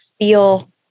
feel